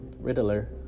Riddler